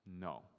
no